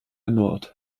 nord